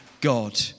God